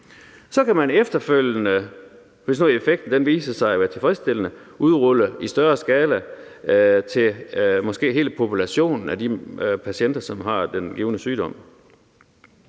Så kan man efterfølgende, hvis nu effekten viser sig at være tilfredsstillende, udrulle behandlingen i større skala til måske at omfatte hele gruppen af patienter, som har den givne sygdom.